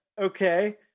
Okay